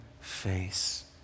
face